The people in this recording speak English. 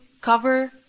cover